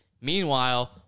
Meanwhile